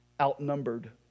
outnumbered